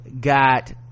got